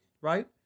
right